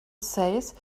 says